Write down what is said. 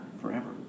forever